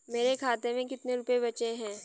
मेरे खाते में कितने रुपये बचे हैं?